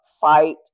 fight